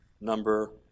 number